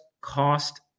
cost